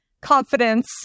confidence